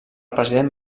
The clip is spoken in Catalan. president